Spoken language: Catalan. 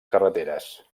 carreteres